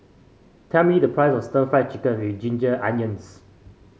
tell me the price of Stir Fried Chicken with Ginger Onions